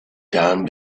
down